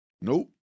Nope